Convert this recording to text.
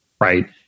Right